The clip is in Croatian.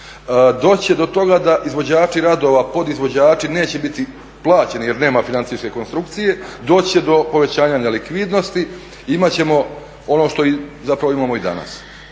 će do toga da izvođači radova i podizvođači neće biti plaćeni jer nema financijske konstrukcije, doći će do povećanja nelikvidnosti, imat ćemo ono što imamo i danas.